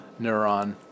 Neuron